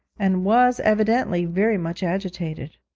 and was evidently very much agitated.